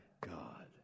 God